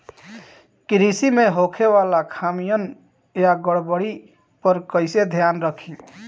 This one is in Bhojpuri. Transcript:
कृषि में होखे वाला खामियन या गड़बड़ी पर कइसे ध्यान रखि?